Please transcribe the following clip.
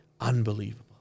unbelievable